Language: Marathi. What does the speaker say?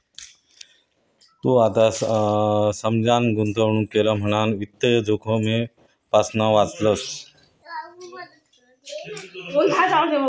तू आता समजान गुंतवणूक केलं म्हणान वित्तीय जोखमेपासना वाचलंस